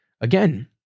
again